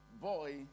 boy